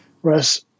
Whereas